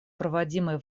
проводимой